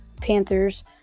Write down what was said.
Panthers